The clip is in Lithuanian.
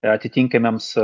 ir atitinkemiems